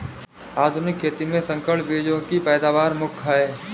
आधुनिक खेती में संकर बीजों की पैदावार मुख्य हैं